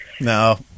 no